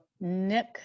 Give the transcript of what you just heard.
Nick